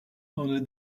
only